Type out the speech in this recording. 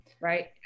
right